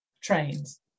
trains